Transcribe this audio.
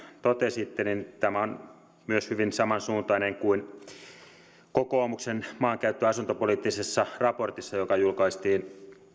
totesitte tämä on hyvin samansuuntainen kuin myös kokoomuksen maankäyttö ja asuntopoliittisessa raportissa joka julkaistiin